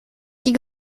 die